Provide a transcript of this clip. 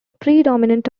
predominant